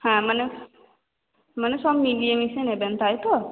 হ্যাঁ মানে মানে সব মিলিয়ে মিশিয়ে নেবেন তাই তো